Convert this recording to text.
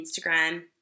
Instagram